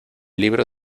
libro